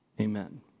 Amen